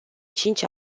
cinci